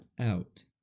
out